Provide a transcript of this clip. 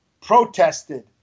protested